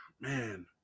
Man